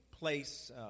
place